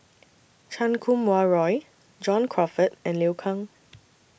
Chan Kum Wah Roy John Crawfurd and Liu Kang